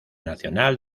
nacional